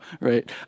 right